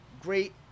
great